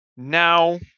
Now